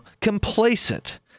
complacent